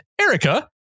Erica